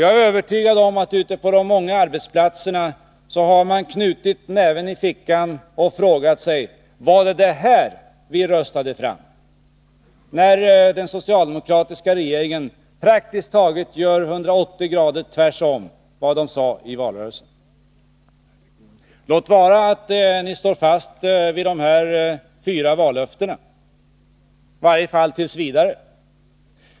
Jag är övertygad om att på de många arbetsplatserna har man knutit näven i fickan och frågat sig: Var det detta som vi röstade fram? Den socialdemokratiska regeringen svänger praktiskt taget 180” och gör tvärtom mot vad man sade i valrörelsen. Låt vara att ni står fast vid dessa fyra vallöften, i varje fall t.v.